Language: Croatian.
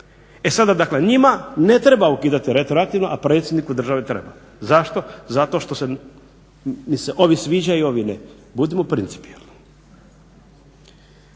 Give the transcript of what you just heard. E sada, dakle njima ne treba ukidati retroaktivno, a predsjedniku države treba, zašto? Zato što mi se ovi sviđaju ovi ne, budimo principijelni.